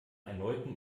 erneuten